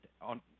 on